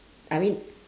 I mean